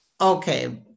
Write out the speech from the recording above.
Okay